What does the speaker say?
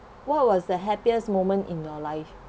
what was the happiest moment in your life